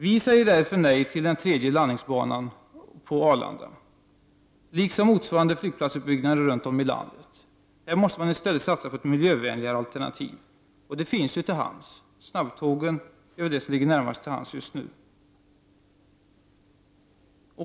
Vi säger därför nej till den tredje landningsbanan på Arlanda, liksom vi säger nej till motsvarande flygplatsutbyggnader runt om i landet. Här måste man i stället satsa på miljövänligare alternativ, och sådana finns ju till hands. Snabbtågen är väl det som ligger närmast till hands just nu.